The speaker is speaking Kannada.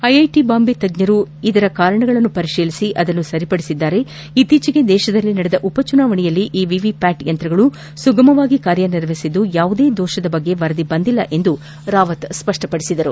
ಐಐಟ ಬಾಂಬೆಯ ತಜ್ಞರು ಈ ವೈಫಲ್ಯದ ಕಾರಣಗಳನ್ನು ಪರಿತೀಲಿಸಿ ಅದನ್ನು ಸರಿಪಡಿಸಿದ್ದು ಇತ್ತೀಚೆಗೆ ದೇತದಲ್ಲಿ ನಡೆದ ಉಪಚುನಾವಣೆಯಲ್ಲಿ ಈ ವಿವಿಪ್ಲಾಟ್ ಯಂತ್ರಗಳು ಸುಗಮವಾಗಿ ಕಾರ್ಯನಿರ್ವಹಿಸಿದ್ದು ಯಾವುದೇ ದೋಷಗಳಿರುವ ಬಗ್ಗೆ ವರದಿ ಬಂದಿಲ್ಲ ಎಂದು ರಾವತ್ ಹೇಳಿದ್ದಾರೆ